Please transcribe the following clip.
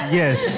yes